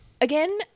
again